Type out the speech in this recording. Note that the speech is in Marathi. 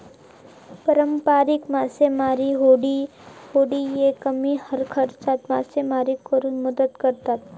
पारंपारिक मासेमारी होडिये कमी खर्चात मासेमारी करुक मदत करतत